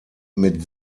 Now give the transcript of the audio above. mit